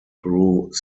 through